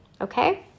Okay